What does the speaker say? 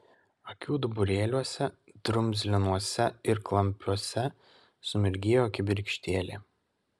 akių duburėliuose drumzlinuose ir klampiuose sumirgėjo kibirkštėlė